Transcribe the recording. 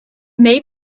may